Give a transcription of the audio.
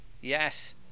Yes